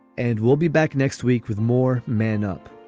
and we'll be back next week with more men up